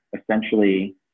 essentially